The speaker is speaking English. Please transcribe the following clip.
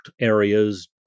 areas